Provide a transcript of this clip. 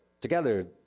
together